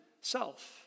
self